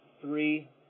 three